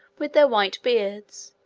with their white beards,